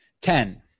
ten